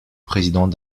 président